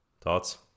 Thoughts